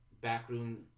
backroom